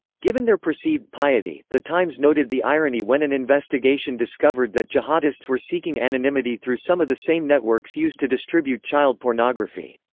given their perceived piety, the times noted the irony when an investigation discovered that jihadists were seeking anonymity through some of the same networks used to distribute child pornography.